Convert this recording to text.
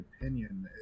opinion